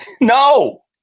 No